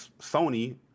Sony